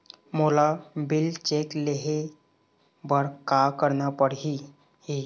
मोला bill check ले हे बर का करना पड़ही ही?